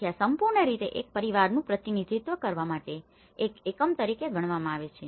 તેથી આ સંપૂર્ણ રીતે એક પરિવારનું પ્રતિનિધિત્વ કરવા માટે એક એકમ તરીકે ગણવામાં આવે છે